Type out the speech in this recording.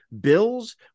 bills